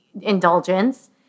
indulgence